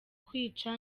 kwica